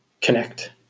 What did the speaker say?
connect